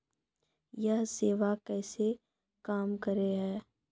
यह सेवा कैसे काम करै है?